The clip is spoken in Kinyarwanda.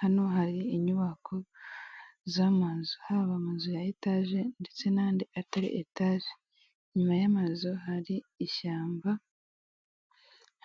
Hano hari inyubako z'amazu, haba amazu ya etage ndetse n'andi atari etaje, inyuma y'amazu hari ishyamba,